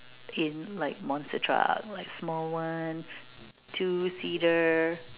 in like like small one two seater